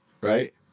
right